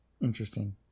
Interesting